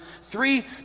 three